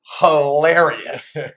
hilarious